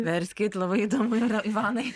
verskit labai įdomu yra ivanai